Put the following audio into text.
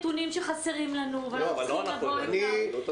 חסרים לנו פה נתונים ואנחנו צריכים לבוא איתם.